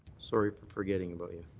sorry for forgetting about you.